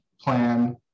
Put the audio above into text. plan